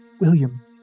William